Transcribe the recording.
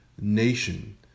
nation